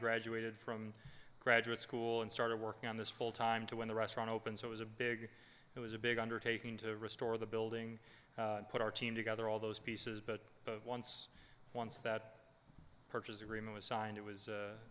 graduated from graduate school and started working on this full time to when the restaurant opened so it was a big it was a big undertaking to restore the building put our team together all those pieces but once once that purchase agreement was signed it was